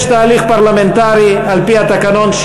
יש תהליך פרלמנטרי על-פי התקנון,